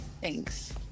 Thanks